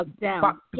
down